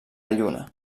lluna